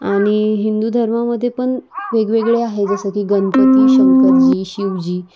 आणि हिंदू धर्मामध्ये पण वेगवेगळे आहे जसं की गणपती शंकरजी शिवजी